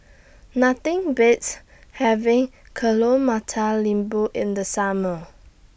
Nothing Beats having Telur Mata Lembu in The Summer